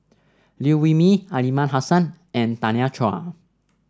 Liew Wee Mee Aliman Hassan and Tanya Chua